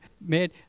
made